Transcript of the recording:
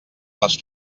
les